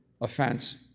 offense